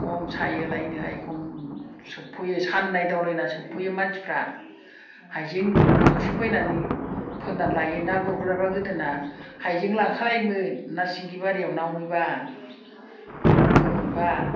खम सायोलायनो आयखम सोबख'यो सान नायदावलायना सोबख'यो मानसिफ्रा हायजें अरख्रुबबायनानै फोननानै लायो ना गुरग्राफ्रा गोदोना हायजें लाखांलायमोन ना सिंगि बारियाव ना हमहैब्ला ना गग्रमहैब्ला